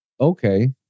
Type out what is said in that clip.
Okay